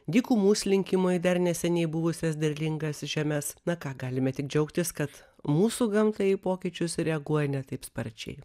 dykumų slinkimo į dar neseniai buvusias derlingas žemes na ką galime tik džiaugtis kad mūsų gamta į pokyčius reaguoja ne taip sparčiai